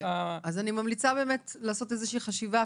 אני ממליצה באמת לעשות איזה חשיבה,